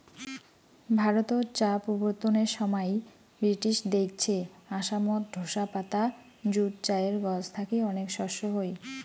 ভারতত চা প্রবর্তনের সমাই ব্রিটিশ দেইখছে আসামত ঢোসা পাতা যুত চায়ের গছ থাকি অনেক শস্য হই